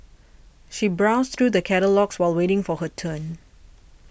she browsed through the catalogues while waiting for her turn